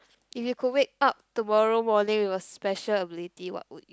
if you could wake up tomorrow morning with a special ability what would you